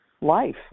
life